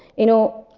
you know,